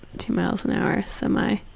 two miles an hour semi.